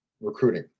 recruiting